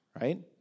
right